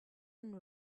and